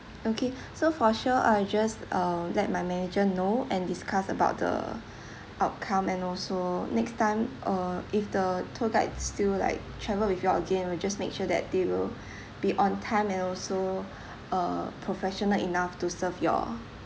okay so for sure I'll just uh let my manager know and discuss about the outcome and also next time uh if the tour guide still like travel with you all again we'll just make sure that they will be on time and also uh professional enough to serve you all